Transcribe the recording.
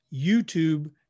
YouTube